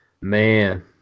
Man